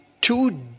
two